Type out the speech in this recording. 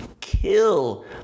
kill